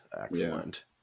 excellent